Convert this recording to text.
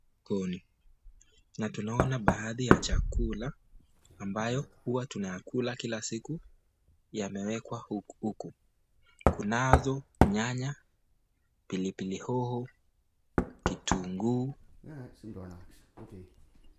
Sokoni na tunaona baadhi ya chakula ambayo huwa tunayakula kila siku, yamewekwa huku, kunazo nyanya, pilipili hoho, kitunguu.